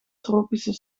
tropische